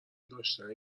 داشتن